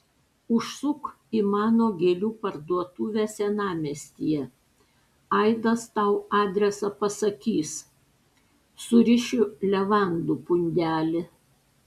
užsuk į mano gėlių parduotuvę senamiestyje aidas tau adresą pasakys surišiu levandų pundelį